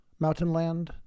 Mountainland